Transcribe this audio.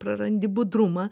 prarandi budrumą